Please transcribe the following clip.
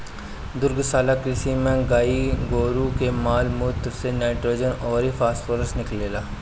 दुग्धशाला कृषि में गाई गोरु के माल मूत्र से नाइट्रोजन अउर फॉस्फोरस निकलेला